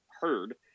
heard